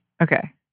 Okay